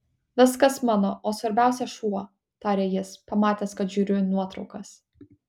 viskas mano o svarbiausia šuo tarė jis pamatęs kad žiūriu į nuotraukas